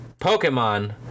Pokemon